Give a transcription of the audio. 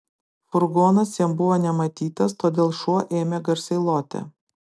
furgonas jam buvo nematytas todėl šuo ėmė garsiai loti